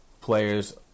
players